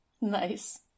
Nice